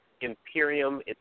Imperium